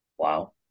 Wow